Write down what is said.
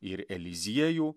ir eliziejų